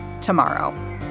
tomorrow